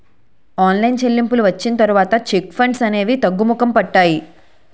online చెల్లింపులు వచ్చిన తర్వాత చెక్ ఫ్రాడ్స్ అనేవి తగ్గుముఖం పట్టాయి